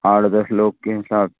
आठ दस लोग के हिसाब से